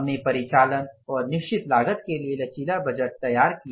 हमने परिचालन और निश्चित लागत के लिए लचीला बजट तैयार किया